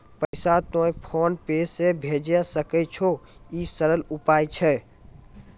पैसा तोय PhonePe से भैजै सकै छौ? ई सरल उपाय छै?